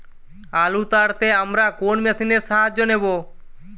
আলু তাড়তে আমরা কোন মেশিনের সাহায্য নেব?